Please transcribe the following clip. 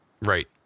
Right